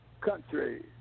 country